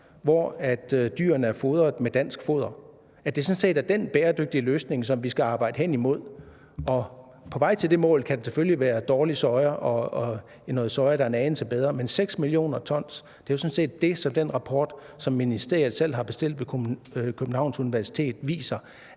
hvor dyrene er fodret med dansk foder, altså at det sådan set er den bæredygtige løsning, som vi skal arbejde hen imod. Og på vej til det mål kan der selvfølgelig være dårlig soja og noget soja, der er en anelse bedre, men 6 mio. t er jo sådan set det, som den rapport, som ministeriet selv har bestilt ved Københavns Universitet, viser